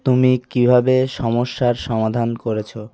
তুমি কীভাবে সমস্যার সমাধান করেছ